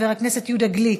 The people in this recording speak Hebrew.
חבר הכנסת דב חנין,